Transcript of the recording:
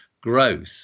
growth